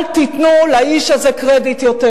שם שלט מאחור לשאר המוכרים: אל תיתנו לאיש הזה קרדיט יותר.